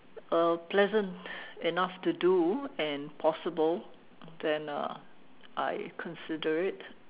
uh pleasant enough to do and possible then uh I consider it